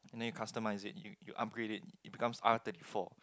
then you customize it you you upgrade it it become R thirty four